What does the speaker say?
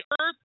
earth